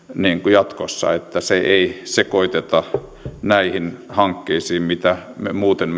jatkossa ja että sitä ei sekoiteta näihin hankkeisiin mitä me muuten